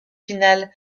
finale